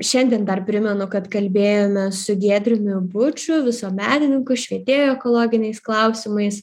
šiandien dar primenu kad kalbėjom su giedriumi buču visuomenininku švietėju ekologiniais klausimais